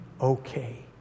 okay